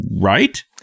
Right